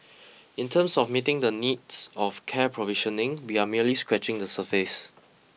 in terms of meeting the needs of care provisioning we are merely scratching the surface